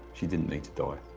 she didn't need to die.